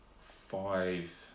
five